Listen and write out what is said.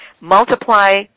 Multiply